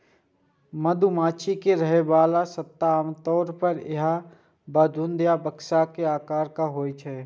मधुमाछी के रहै बला छत्ता आमतौर पर या तें गुंबद या बक्सा के आकारक होइ छै